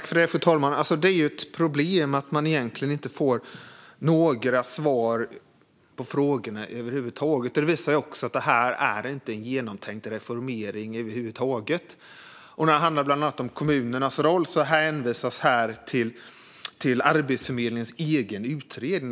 Fru talman! Det är ett problem att man egentligen inte får några som helst svar på frågorna. Det visar också att detta inte är någon genomtänkt reformering över huvud taget. När det handlar om kommunernas roll hänvisas här till Arbetsförmedlingens egen utredning.